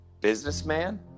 businessman